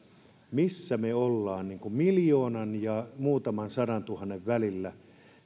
missä me olemme miljoonan ja muutaman sadantuhannen välillä